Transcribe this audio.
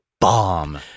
bomb